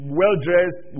well-dressed